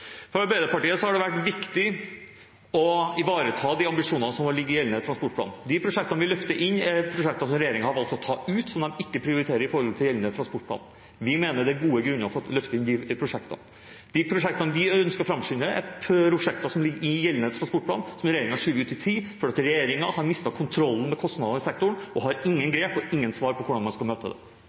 For Arbeiderpartiet har det vært viktig å ivareta de ambisjonene som har ligget i gjeldende transportplan. De prosjektene vi løfter inn, er prosjekter som regjeringen har valgt å ta ut, som de ikke prioriterer i forhold til gjeldende transportplan. Vi mener det er gode grunner for å løfte inn de prosjektene. De prosjektene vi ønsker å framskynde, er prosjekter som ligger i gjeldende transportplan, som regjeringen har skjøvet ut i tid fordi regjeringen har mistet kontrollen med kostnadene i sektoren, og ikke har noen grep for eller noe svar på hvordan man skal møte.